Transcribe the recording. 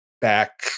back